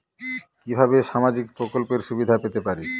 কিভাবে সামাজিক প্রকল্পের সুবিধা পেতে পারি?